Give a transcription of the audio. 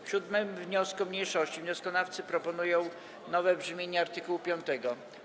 W 7. wniosku mniejszości wnioskodawcy proponują nowe brzmienie art. 5.